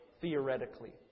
theoretically